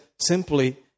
simply